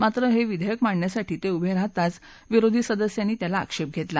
मात्र हे विधेयक मांडण्यासाठी ते उभे राहताच विरोधी सदस्यांनी त्याला आक्षेप घेतला